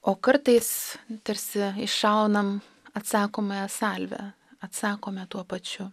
o kartais tarsi iššaunam atsakomąją salvę atsakome tuo pačiu